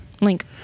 link